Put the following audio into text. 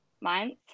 months